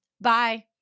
Bye